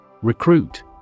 Recruit